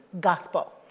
Gospel